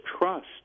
Trust